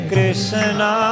Krishna